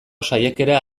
saiakera